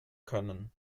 können